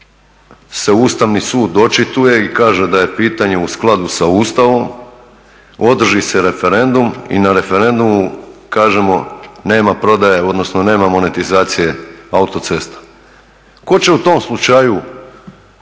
se Ustavni sud očituje i kaže da je pitanje u skladu sa Ustavom, održi se referendum i na referendumu kaže nema prodaje, odnosno nema monetizacije autocesta. Tko će u tom slučaju,